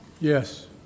Yes